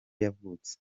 yavutse